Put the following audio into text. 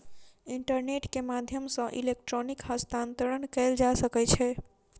internet के माध्यम सॅ इलेक्ट्रॉनिक हस्तांतरण कयल जा सकै छै